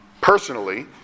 personally